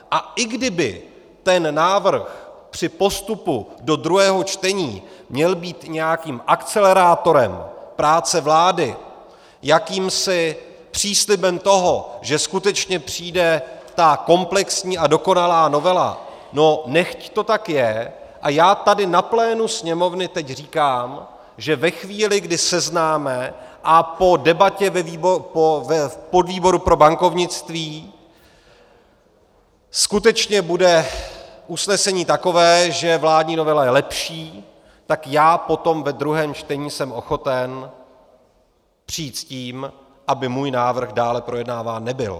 A i kdyby ten návrh při postupu do druhého čtení měl být nějakým akcelerátorem práce vlády, jakýmsi příslibem toho, že skutečně přijde ta komplexní a dokonalá novela, nechť to tak je a já tady na plénu Sněmovny teď říkám, že ve chvíli, kdy seznáme a po debatě v podvýboru pro bankovnictví skutečně bude usnesení takové, že vládní novela je lepší, tak já potom ve druhém čtení jsem ochoten přijít s tím, aby můj návrh dále projednáván nebyl.